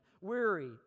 weary